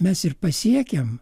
mes ir pasiekėm